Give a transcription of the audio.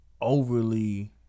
overly